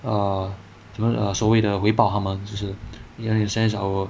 err 怎么所谓的回报他们就是 in a sense I will